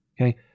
Okay